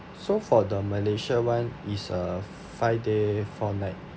so for the malaysia one is a five day four night